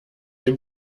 dem